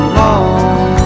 long